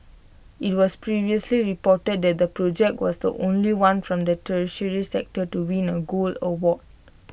IT was previously reported that the project was the only one from the tertiary sector to win A gold award